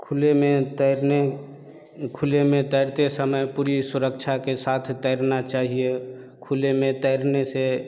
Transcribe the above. खुले में तैरने खुले में तैरते समय पूरी सुरक्षा के साथ तैरना चाहिए खुले में तैरने से